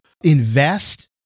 invest